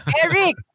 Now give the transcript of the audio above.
Eric